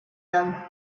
them